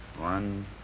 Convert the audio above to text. One